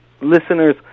listeners